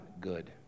good